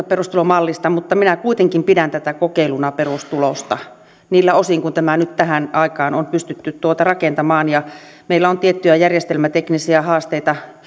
perustulomallista mutta minä kuitenkin pidän tätä kokeiluna perustulosta niiltä osin kuin tämä nyt tähän aikaan on pystytty rakentamaan meillä on tiettyjä järjestelmäteknisiä haasteita